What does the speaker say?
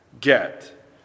get